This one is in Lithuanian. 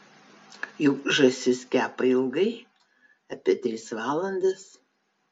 juk žąsis kepa ilgai apie tris valandas